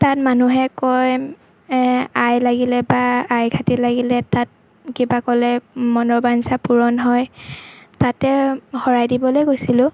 তাত মানুহে কয় আই লাগিলে বা আই ঘাটি লাগিলে তাত কিবা ক'লে মনৰ বাঞ্ছা পূৰণ হয় তাতে শৰাই দিবলে গৈছিলোঁ